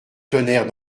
tonnerre